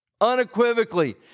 unequivocally